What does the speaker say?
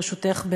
ברשותך,